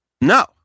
No